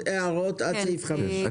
הערות נוספות עד סעיף 5, כולל.